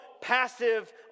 passive